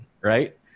right